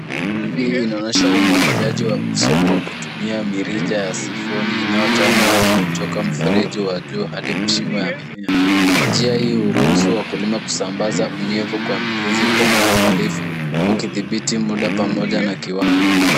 Hii inaonyesha umwagiliaji wa uso kwa kutumia mirija ya sifoni inayotoa maji kutoka mfereji wa juu hadi mashimo ya mimea. Njia hii huruhusu wakulima kusambaza unyevu kwa mizizi kwa uangalifu, wakidhibiti muda pamoja na kiwango.